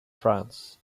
france